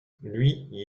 lui